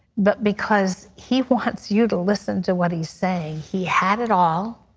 but because he wants you to listen to what he is saying, he had it all,